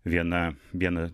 viena viena